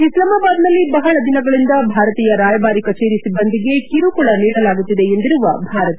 ಇಸ್ಲಮಾಬಾದ್ನಲ್ಲಿ ಬಹಳ ದಿನಗಳಿಂದ ಭಾರತೀಯ ರಾಯಭಾರಿ ಕಚೇರಿ ಸಿಬ್ಬಂದಿಗೆ ಕಿರುಕುಳ ನೀಡಲಾಗುತ್ತಿದೆ ಎಂದಿರುವ ಭಾರತ